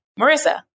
Marissa